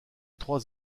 trois